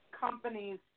companies